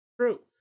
True